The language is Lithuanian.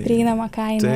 prieinamą kainą